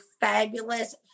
fabulous